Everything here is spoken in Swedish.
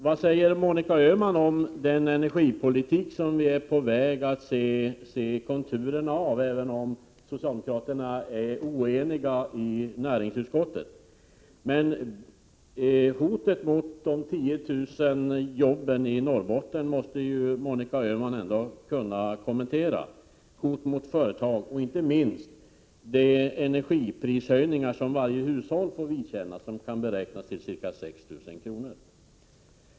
Vad säger Monica Öhman om den energipolitik som vi ser konturerna av, även om socialdemokraterna i näringsutskottet är oeniga? Monica Öhman måste kunna kommentera hotet mot företagen och de 10 000 jobben i Norrbotten och inte minst de energiprishöjningar som varje hushåll får vidkännas och som kan beräknas till ca 6 000 kr.